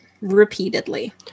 repeatedly